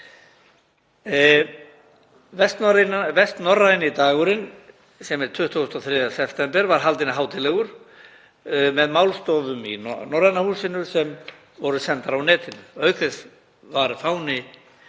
Vestnorræni dagurinn sem er 23. september var haldinn hátíðlegur með málstofum í Norræna húsinu sem voru sendar á netinu.